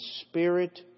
Spirit